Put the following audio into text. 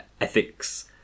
ethics